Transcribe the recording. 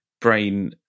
brain